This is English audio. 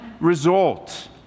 result